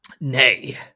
Nay